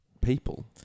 people